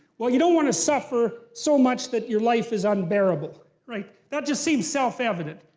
well you don't want to suffer so much that your life is unbearable, right? that just seems self-evident.